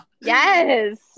Yes